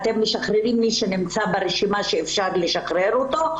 אתם משחררים מי שנמצא ברשימה שאפשר לשחרר אותו?